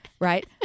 right